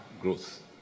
growth